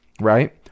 right